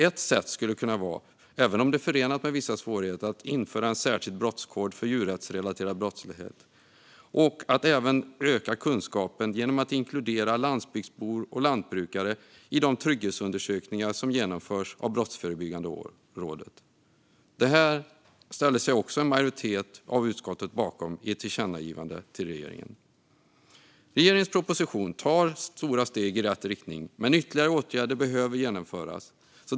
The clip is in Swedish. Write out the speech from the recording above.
Ett sätt skulle kunna vara - även om det är förenat med vissa svårigheter - att införa en särskild brottskod för djurrättsrelaterad brottslighet samt att öka kunskapen genom att inkludera landsbygdsbor och lantbrukare i de trygghetsundersökningar som genomförs av Brottsförebyggande rådet. Detta ställer sig en majoritet av utskottet bakom i ett tillkännagivande till regeringen. Regeringens proposition tar stora steg i rätt riktning, men ytterligare åtgärder behöver vidtas.